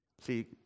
See